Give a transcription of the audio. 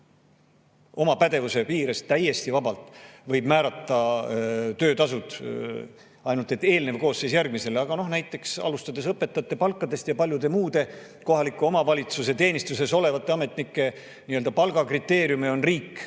oma pädevuse piires täiesti vabalt võib määrata töötasud, ainult et eelnev koosseis järgmisele. Näiteks õpetajate palkade puhul ja paljude muude kohaliku omavalitsuse teenistuses olevate ametnike nii-öelda palgakriteeriume on riik